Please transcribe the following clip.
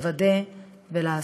לוודא ולעשות.